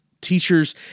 teachers